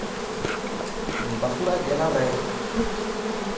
ᱵᱟᱸᱠᱩᱲᱟ ᱡᱮᱞᱟ ᱨᱮ